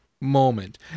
moment